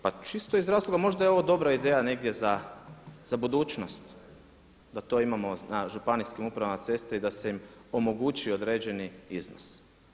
Pa čisto iz razloga možda je ovo dobra ideja negdje za budućnost da to imamo na županijskim upravama za ceste i da im se omogući određeni iznos.